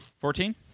Fourteen